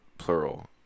Plural